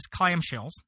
clamshells